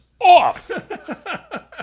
off